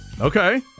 Okay